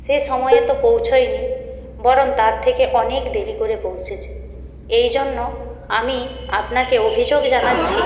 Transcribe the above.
সে সময়ে তো পৌঁছোয়নি বরং তার থেকে অনেক দেরি করে পৌঁছেছে এই জন্য আমি আপনাকে অভিযোগ জানাচ্ছি